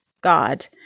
God